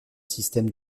système